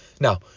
Now